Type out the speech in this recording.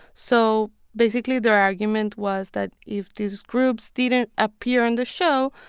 so basically, their argument was that if these groups didn't appear on the show,